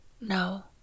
No